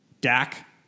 Dak